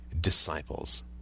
disciples